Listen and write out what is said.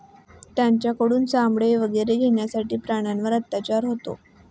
त्यांच्याकडून चामडे वगैरे घेण्यासाठी प्राण्यांवर अत्याचार होतो